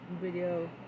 video